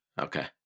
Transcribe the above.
Okay